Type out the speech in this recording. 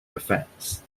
effects